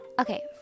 Okay